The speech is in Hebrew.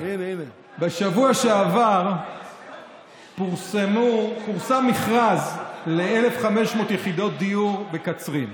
בשבוע שעבר פורסם מכרז ל-1,500 יחידות דיור בקצרין.